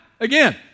again